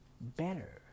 better